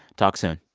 talk soon